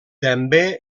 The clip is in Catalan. també